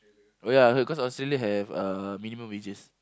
oh ya I heard cause Australia have uh minimum wages